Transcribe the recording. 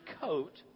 coat